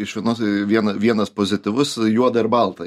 iš vienos vien vienas pozityvus juoda ir balta